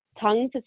tongue